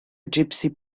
gypsy